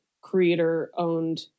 creator-owned